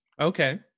okay